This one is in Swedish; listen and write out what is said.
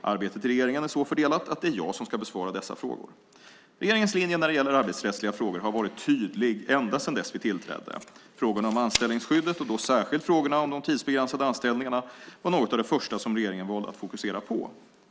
Arbetet i regeringen är så fördelat att det är jag som ska besvara dessa frågor. Regeringens linje när det gäller arbetsrättsliga frågor har varit tydlig ända sedan dess att vi tillträdde. Frågorna om anställningsskyddet, och då särskilt frågorna om de tidsbegränsade anställningarna, var något av det första som regeringen valde att fokusera på.